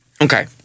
Okay